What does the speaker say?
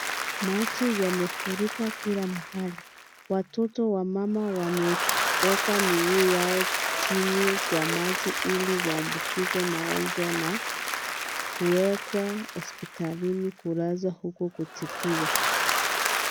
Maji yamefurika kila mahali. Watoto, wamama wameweka miguu yao chini kwa maji, ili waambukizwe magonjwa na kuwekwa hospitalini kulazwa huko kutibiwa.